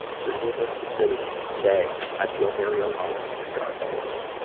so needless to see say, i feel very alone in a dark world.